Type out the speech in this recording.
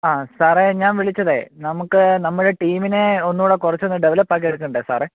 ആ സാറേ ഞാൻ വിളിച്ചത് നമുക്ക് നമ്മുടെ ടീമിനെ ഒന്നുകൂടി കുറച്ചൊന്നു ഡെവലപ്പ് ആക്കിയെടുക്കണ്ടേ സാറേ